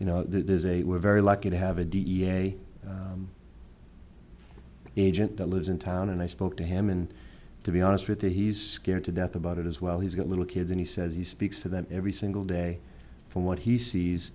you know there's a we're very lucky to have a d n a agent that lives in town and i spoke to him and to be honest with you he's scared to death about it as well he's got little kids and he says he speaks to them every single day from what he sees